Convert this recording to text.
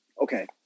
Okay